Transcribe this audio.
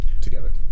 together